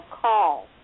call